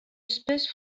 espèce